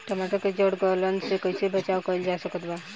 टमाटर के जड़ गलन से कैसे बचाव कइल जा सकत बा?